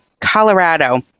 Colorado